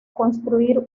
construir